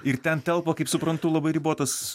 ir ten telpa kaip suprantu labai ribotas